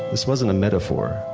this wasn't a metaphor.